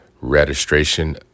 registration